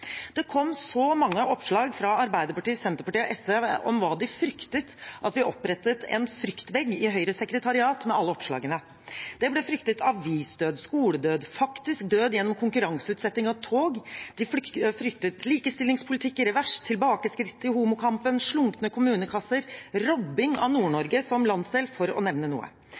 Det kom så mange oppslag fra Arbeiderpartiet, Senterpartiet og SV om hva de fryktet, at vi opprettet en «fryktvegg» i Høyres sekretariat med alle oppslagene. Det ble fryktet avisdød, skoledød, faktisk død gjennom konkurranseutsetting av tog, likestillingspolitikk i revers, tilbakeskritt i homokampen, slunkne kommunekasser, robbing av Nord-Norge som landsdel, for å nevne noe.